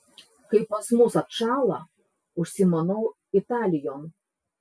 kai pas mus atšąla užsimanau italijon